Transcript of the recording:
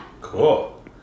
Cool